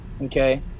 Okay